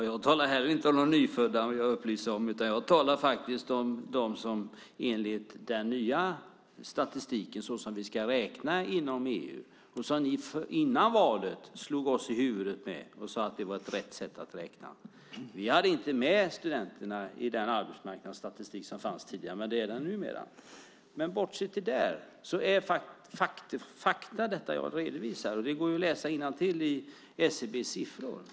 Fru talman! Jag vill upplysa om att jag inte heller talar om de nyfödda. Jag talar faktiskt om den nya statistiken som vi ska räkna med inom EU och som ni slog oss i huvudet med före valet och sade var ett rätt sätt att räkna. Vi hade inte med studenterna i den arbetsmarknadsstatistik som fanns tidigare, men det är de numera. Bortsett från det är det fakta jag redovisar. Det går att läsa innantill i SCB:s siffror.